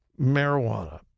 marijuana